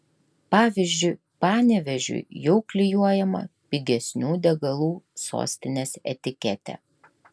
pavyzdžiui panevėžiui jau klijuojama pigesnių degalų sostinės etiketė